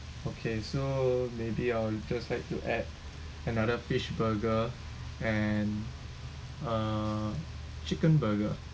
okay so maybe I will just like to add another fish burger and uh chicken burger